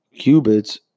Qubits